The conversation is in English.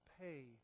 pay